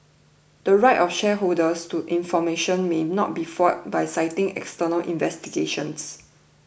the right of shareholders to information may not be foiled by citing external investigations